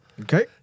Okay